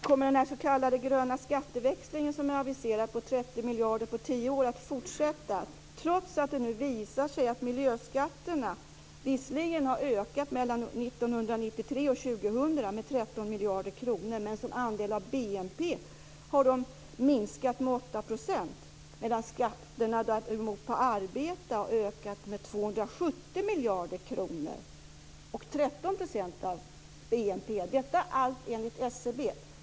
Kommer den s.k. gröna skatteväxlingen på 30 miljarder under tio år som är aviserad att fortsätta, trots att det nu visar sig att miljöskatterna visserligen har ökat mellan 1993 och 2000 med 13 miljarder kronor men som andel av BNP har minskat med 8 %, medan skatterna på arbete däremot har ökat med 270 miljarder kronor och 13 % av BNP? Detta är uppgifter från SCB.